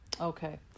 Okay